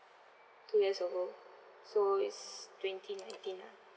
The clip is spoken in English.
two years ago so it's twenty nineteen ah